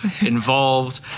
involved